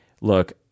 look